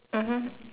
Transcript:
mmhmm